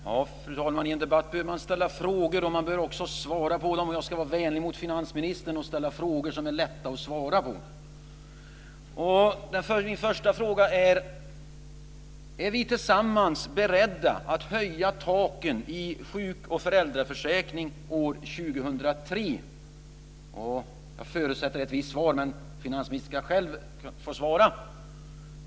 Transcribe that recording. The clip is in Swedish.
Fru talman! I en debatt bör man ställa frågor, och man bör också svara på dem. Jag ska vara vänlig mot finansministern och ställa frågor som är lätta att svara på. Min första fråga är: Är vi tillsammans beredda att höja taken i sjuk och föräldraförsäkringarna år 2003? Jag förutsätter ett visst svar. Men finansministern ska själv få svara.